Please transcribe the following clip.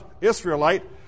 Israelite